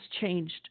changed